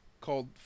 called